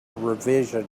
revision